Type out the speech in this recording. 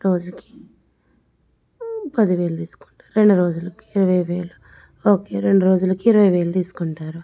రోజుకి పదివేలు తీసుకుంటారు రెండు రోజులకి ఇరవై వేలు ఓకే రెండు రోజులకి ఇరవై వేలు తీసుకుంటారు